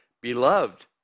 Beloved